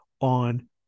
on